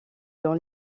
dans